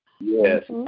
Yes